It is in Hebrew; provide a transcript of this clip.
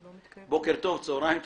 בוקר טוב, צהרים טובים,